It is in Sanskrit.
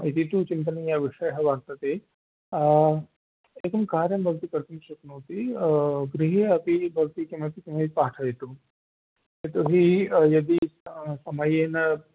इति तु चिन्तनीयः विषयः वर्तते एकं कार्यं भवती कर्तुं शक्नोति गृहे अपि भवती किमपि किमपि पाठयतु यतो हि यदि समये न